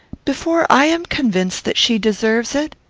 before i am convinced that she deserves it?